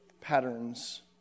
patterns